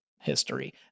history